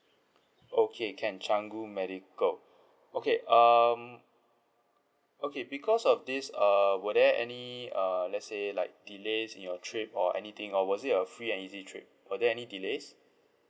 okay can canggu medical okay um okay because of this err were there any uh let's say like delays in your trip or anything or was it a free and easy trip were there any delays